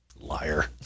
Liar